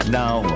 now